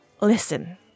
listen